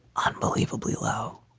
unbelievably low,